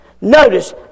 Notice